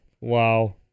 Wow